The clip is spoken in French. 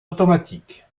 automatique